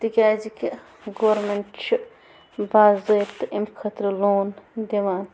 تِکیٛازِکہِ گورمٮ۪نٛٹ چھِ باضٲبطہٕ اَمہِ خٲطرٕ لون دِوان